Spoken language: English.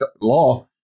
law